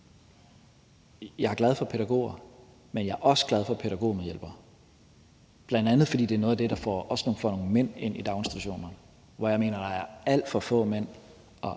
jeg er glad for pædagoger, men at jeg også er glad for pædagogmedhjælpere, bl.a. fordi det også er noget af det, der får nogle mænd til at søge ind i daginstitutionerne, hvor jeg mener at der er alt for få mænd